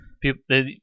people